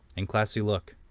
and classy look